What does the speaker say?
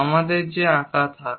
আমাদের যে আঁকা যাক